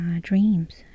dreams